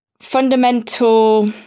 fundamental